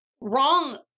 wrong